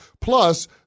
Plus